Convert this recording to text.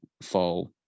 fall